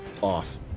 off